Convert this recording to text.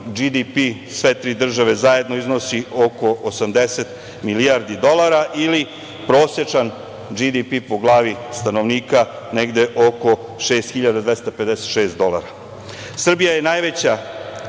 BDP sve tri države zajedno iznosi oko 80 milijardi dolara ili prosečna BDP po glavi stanovnika je negde oko 6.256 dolara. Srbija je najveća